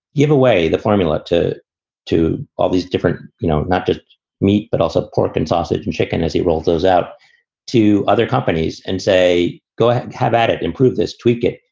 give away the formula to to all these different, you know, not to meat, but also pork and sausage and chicken as it rolls those out to other companies and say, go ahead, have at it. improve this. tweak it.